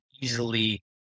easily